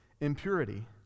impurity